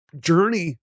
journey